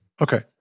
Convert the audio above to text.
Okay